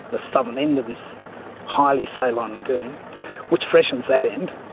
the southern end of this highly saline lagoon which freshens that end.